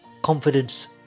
Confidence